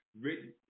Written